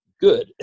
good